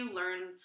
learn